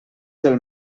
del